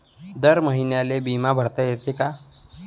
दर महिन्याले बिमा भरता येते का?